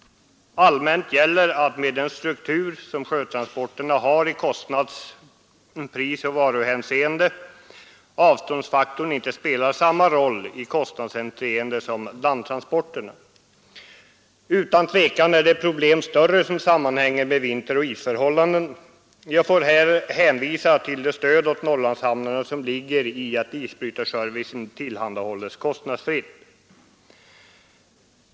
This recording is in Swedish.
Allmänt gäller att med den struktur som sjötransporterna har i prisoch varuhänseende avståndsfaktorn inte spelar samma roll för kostnaderna för dessa transporter som den gör för landtransporterna. Utan tvivel är det problem som sammanhänger med vinteroch isförhållandena större. Jag får här hänvisa till det stöd åt Norrlandshamnarna som ligger i att isbrytarservicen tillhandahålls kostnadsfritt.